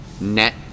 net